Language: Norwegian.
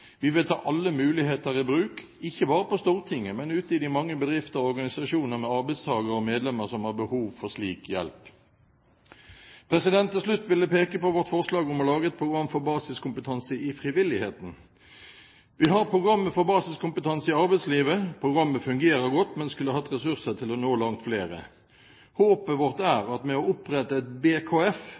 Vi vil ta alle muligheter i bruk, ikke bare på Stortinget, men ute i de mange bedrifter og organisasjoner med arbeidstakere og medlemmer som har behov for slik hjelp. Til slutt vil jeg peke på vårt forslag om å lage et program for basiskompetanse i frivilligheten. Vi har programmet for basiskompetanse i arbeidslivet. Programmet fungerer godt, men skulle hatt ressurser til å nå langt flere. Håpet vårt er at ved å opprette et BKF